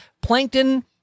Plankton